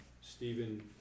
Stephen